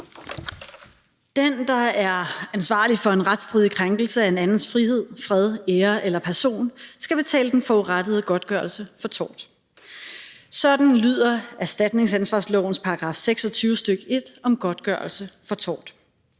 Den, der er ansvarlig for en retsstridig krænkelse af en andens frihed, fred, ære eller person, skal betale den forurettede godtgørelse for tort. Sådan lyder erstatningsansvarslovens § 26, stk. 1, om godtgørelse for tort.